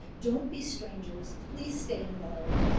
don't be strangers. please stay involved.